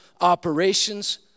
operations